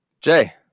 jay